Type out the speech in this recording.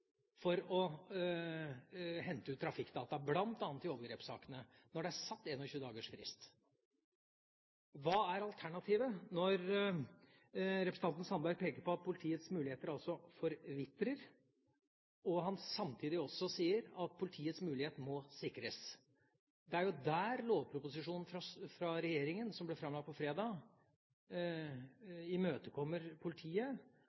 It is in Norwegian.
for å hente ut trafikkdata, bl.a. i overgrepssakene, når det er satt en frist på 21 dager? Hva er alternativet – når representanten Sandberg peker på at politiets muligheter forvitrer, og han samtidig også sier at politiets mulighet må sikres? Det er jo der lovproposisjonen fra regjeringa, som ble framlagt på fredag, imøtekommer politiet